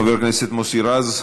חבר הכנסת מוסי רז,